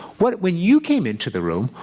but when you came into the room,